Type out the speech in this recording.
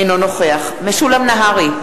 אינו נוכח משולם נהרי,